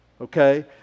okay